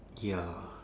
ya